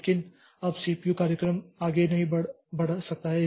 लेकिन अब सीपीयू कार्यक्रम आगे नहीं बढ़ सकता है